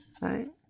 right